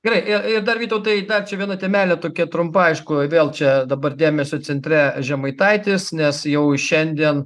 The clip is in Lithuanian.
gerai i ir dar vytautai dar čia viena temelė tokia trumpa aišku vėl čia dabar dėmesio centre žemaitaitis nes jau šiandien